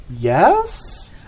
Yes